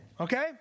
Okay